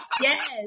Yes